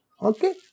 Okay